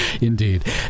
Indeed